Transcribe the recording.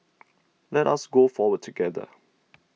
let us go forward together